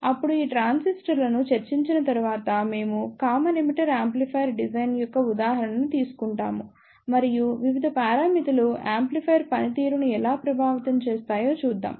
అప్పుడు ఈ ట్రాన్సిస్టర్లను చర్చించిన తరువాత మేము కామన్ ఎమిటర్ యాంప్లిఫైయర్ డిజైన్ యొక్క ఉదాహరణను తీసుకుంటాము మరియు వివిధ పారామితులు యాంప్లిఫైయర్ పనితీరును ఎలా ప్రభావితం చేస్తాయో చూద్దాం